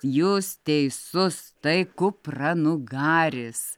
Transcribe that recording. jūs teisus tai kupranugaris